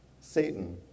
Satan